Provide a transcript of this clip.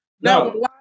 No